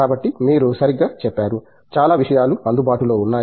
కాబట్టి మీరు సరిగ్గా చెప్పారు చాలా విషయాలు అందుబాటులో ఉన్నాయి